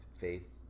faith